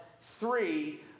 three